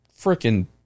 freaking